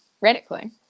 radically